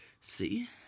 See